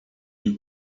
you